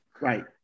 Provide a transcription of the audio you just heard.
right